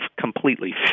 completely